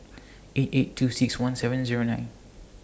eight eight two six one seven Zero nine